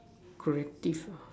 creative ah